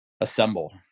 assemble